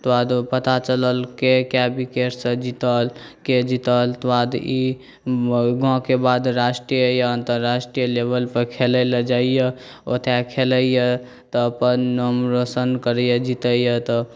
तकर बाद पता चलल के कए विकेटसँ जीतल के जीतल ओकर बाद ई गाँवके बाद राष्ट्रीय या अन्तर्राष्ट्रीय लेवलपर खेलय लेल जाइए ओतय खेलैए तऽ अपन नाम रौशन करैए जीतैए तऽ